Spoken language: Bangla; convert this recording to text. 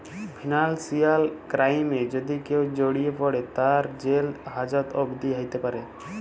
ফিনান্সিয়াল ক্রাইমে যদি কেউ জড়িয়ে পরে, তার জেল হাজত অবদি হ্যতে প্যরে